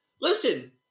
listen